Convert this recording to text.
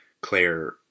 claire